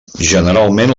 generalment